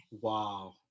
Wow